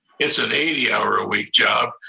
it's an eighty hour a week job.